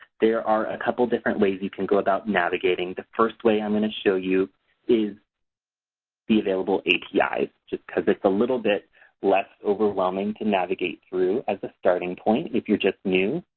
there are a couple different ways you can go about navigating. the first way i'm going to show you is the available api just because it's a little bit less overwhelming to navigate through as a starting point if you're just new.